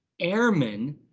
airmen